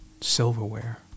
silverware